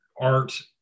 art